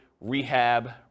rehab